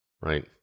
right